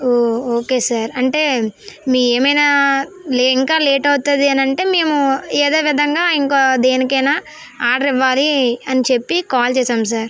okay sir అంటే మీ ఏమైనా ఇంకా లేట్ అవుతుంది అని అంటే మేము ఏదో విధంగా ఇంకా దేనికైనా ఆర్డర్ ఇవ్వాలి అని చెప్పి కాల్ చేసాము సార్